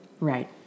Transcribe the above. right